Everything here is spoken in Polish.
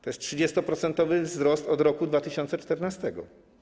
To jest 30-procentowy wzrost od roku 2014.